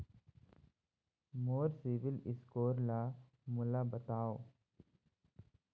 मोर CIBIL score ला मोला बताव?